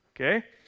Okay